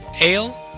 ale